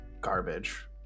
garbage